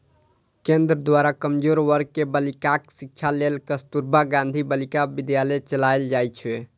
केंद्र द्वारा कमजोर वर्ग के बालिकाक शिक्षा लेल कस्तुरबा गांधी बालिका विद्यालय चलाएल जाइ छै